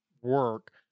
work